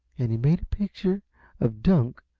and he made a picture of dunk,